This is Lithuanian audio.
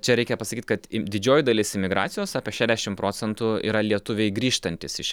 čia reikia pasakyt kad didžioji dalis imigracijos apie šešdešim procentų yra lietuviai grįžtantys iš